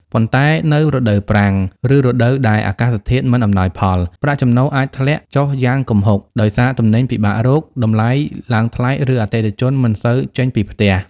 ប៉ុន្តែនៅរដូវប្រាំង ឬរដូវដែលអាកាសធាតុមិនអំណោយផល ប្រាក់ចំណូលអាចធ្លាក់ចុះយ៉ាងគំហុក ដោយសារទំនិញពិបាករក តម្លៃឡើងថ្លៃ ឬអតិថិជនមិនសូវចេញពីផ្ទះ។